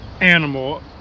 animal